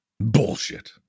Bullshit